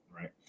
Right